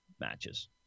matches